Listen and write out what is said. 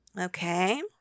Okay